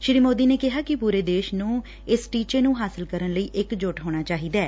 ਸ੍ਰੀ ਮੋਦੀ ਨੇ ਕਿਹਾ ਕਿ ਪੂਰੇ ਦੇਸ਼ ਨੂੰ ਇਸ ਟੀਚੇ ਨੂੰ ਹਾਸਲ ਕਰਨ ਲਈ ਇਕਜੁੱਟ ਹੋਣਾ ਚਾਹੀਦੈ